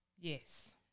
Yes